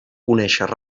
conèixer